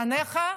שלנגד עיניך,